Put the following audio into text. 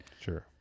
Sure